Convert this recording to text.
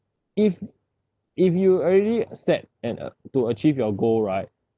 if if you already set and to achieve your goal right